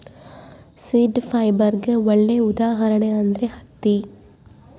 seed ಫೈಬರ್ಗೆ ಒಳ್ಳೆ ಉದಾಹರಣೆ ಅಂದ್ರೆ ಹತ್ತಿ